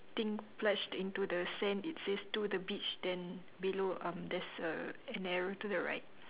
thing plunged into the sand it says to the beach then below um there's a an arrow to the right